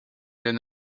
than